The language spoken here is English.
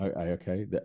Okay